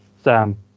Sam